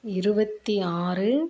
இருபத்தி ஆறு